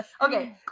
okay